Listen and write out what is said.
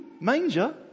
manger